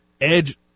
Edge